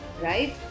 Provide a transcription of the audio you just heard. right